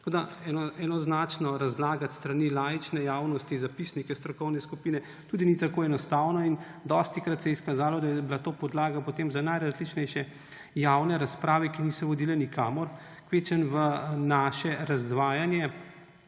Tako da enoznačno razlagati s strani laične javnosti zapisnike strokovne skupine tudi ni tako enostavno in dostikrat se je izkazalo, da je bila to podlaga za najrazličnejše javne razprave, ki niso vodile nikamor, kvečjemu v naše razdvajanje,